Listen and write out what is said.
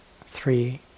three